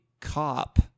cop